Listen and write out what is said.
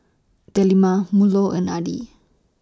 Delima Melur and Adi